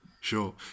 Sure